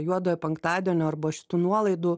juodojo penktadienio arba šitų nuolaidų